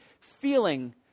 feeling